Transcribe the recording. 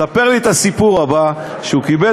הוא מספר לי את הסיפור הבא: הוא קיבל